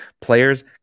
players